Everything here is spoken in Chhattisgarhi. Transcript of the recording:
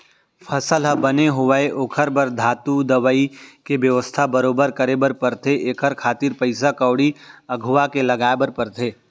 फसल ह बने होवय ओखर बर धातु, दवई के बेवस्था बरोबर करे बर परथे एखर खातिर पइसा कउड़ी अघुवाके लगाय बर परथे